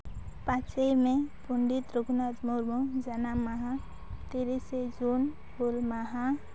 ᱯᱟᱸᱪᱮᱭ ᱢᱮ ᱯᱚᱸᱰᱤᱛ ᱨᱟᱹᱜᱷᱩᱱᱟᱛᱷ ᱢᱩᱨᱢᱩ ᱡᱟᱱᱟᱢ ᱢᱟᱦᱟ ᱛᱤᱨᱤᱥᱮ ᱡᱩᱱ ᱦᱩᱞ ᱢᱟᱦᱟ